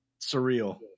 Surreal